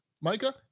Micah